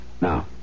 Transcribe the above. Now